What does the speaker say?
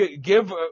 give